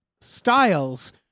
styles